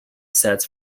sets